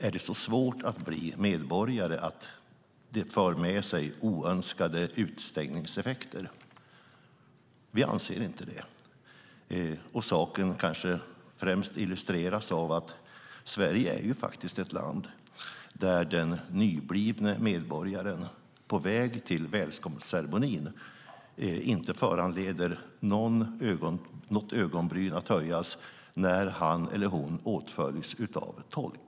Är det så svårt att bli medborgare att det för med sig oönskade utestängningseffekter? Vi anser inte det. Det kanske främst illustreras av att i Sverige föranleder det inte att något ögonbryn höjs att den nyblivne medborgaren på väg till välkomstceremonin åtföljs av tolk.